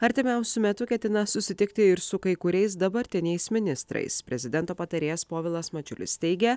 artimiausiu metu ketina susitikti ir su kai kuriais dabartiniais ministrais prezidento patarėjas povilas mačiulis teigia